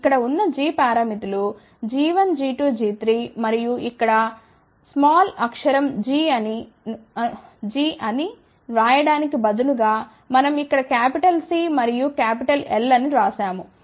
ఇక్కడ ఉన్నg పారామితులు g1g2g3 మరియు ఇక్కడ స్మాల్ అక్షరం g అని ను వ్రాయడానికి బదులుగా మనం ఇక్కడ క్యాపిటల్ C మరియు క్యాపిటల్ L అని వ్రాసాము